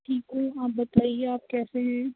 टीकू हाँ बताइए आप कैसे हैं